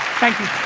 thank you.